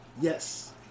Yes